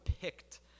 picked